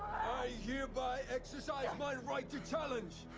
yeah hereby exercise my right to challenge.